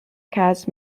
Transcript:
cast